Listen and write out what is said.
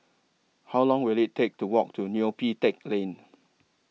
How Long Will IT Take to Walk to Neo Pee Teck Lane